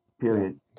period